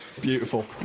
beautiful